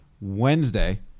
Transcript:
Wednesday